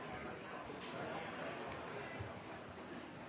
Jeg skal